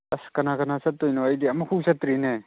ꯑꯁ ꯀꯅꯥ ꯀꯅꯥ ꯆꯠꯇꯣꯏꯅꯣ ꯑꯩꯗꯤ ꯑꯃꯨꯛ ꯐꯥꯎ ꯆꯠꯇ꯭ꯔꯤꯅꯦ